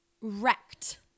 Wrecked